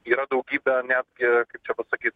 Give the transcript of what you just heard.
yra daugybė netgi kaip čia pasakyt